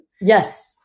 Yes